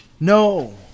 No